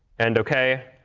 and ok,